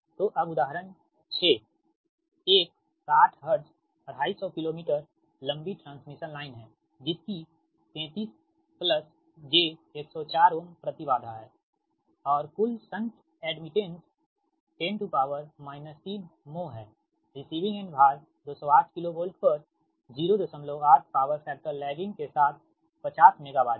तोअब यह उदाहरण 6 एक 60 हर्ट्ज 250 किलोमीटर लंबी ट्रांसमिशन लाइन है जिसकी 33 j104 ओम प्रति बाधा है और कुल शंट एड्मिटेंस 10 3 mho है रिसीविंग एंड भार 208 KV पर 08 पॉवर फैक्टर लैगिंग के साथ 50 मेगावाट है